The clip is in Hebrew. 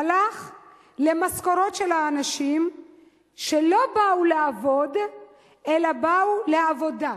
הלך למשכורות של אנשים שלא באו לעבוד אלא באו לעבודה.